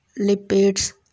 lipids